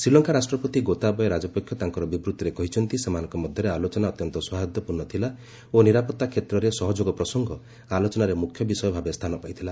ଶ୍ରୀଲଙ୍କା ରାଷ୍ଟ୍ରପତି ଗୋତାବୟେ ରାଜପକ୍ଷେ ତାଙ୍କର ବିବୃତ୍ତିରେ କହିଛନ୍ତି ସେମାନଙ୍କ ମଧ୍ୟରେ ଆଲୋଚନା ଅତ୍ୟନ୍ତ ସୌହାର୍ଦ୍ଦ୍ୟପୂର୍ଣ୍ଣ ଥିଲା ଓ ନିରାପତ୍ତା କ୍ଷେତ୍ରରେ ସହଯୋଗ ପ୍ରସଙ୍ଗ ଆଲୋଚନାରେ ମୁଖ୍ୟ ବିଷୟ ଭାବେ ସ୍ଥାନ ପାଇଥିଲା